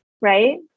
Right